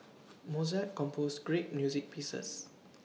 Mozart composed great music pieces